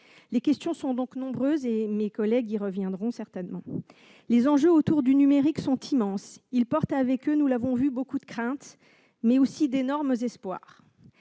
Les questions sont nombreuses ; mes collègues y reviendront certainement. Les enjeux liés au numérique sont immenses. Ils fondent, nous l'avons vu, beaucoup de craintes, mais aussi d'énormes espoirs.